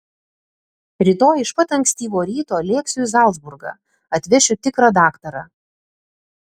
rytoj iš pat ankstyvo ryto lėksiu į zalcburgą atvešiu tikrą daktarą